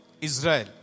Israel